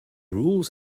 rules